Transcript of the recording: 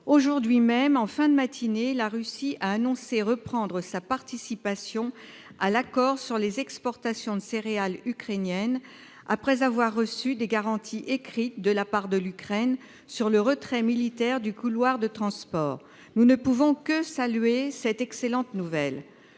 aujourd'hui même, en fin de matinée, la Russie a annoncé reprendre sa participation à l'accord sur les exportations de céréales ukrainiennes après avoir reçu des garanties écrites de la part de l'Ukraine sur le retrait militaire du couloir de transport, nous ne pouvons que saluer cette excellente nouvelle,